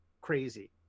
crazy